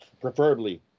preferably